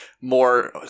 more